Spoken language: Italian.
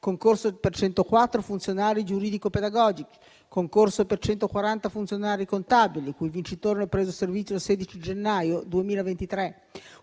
concorso per 104 funzionari giuridico-pedagogici, il concorso per 140 funzionari contabili, i cui vincitori hanno preso servizio il 16 gennaio 2023,